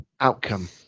outcome